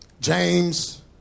James